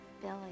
Billy